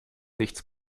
nichts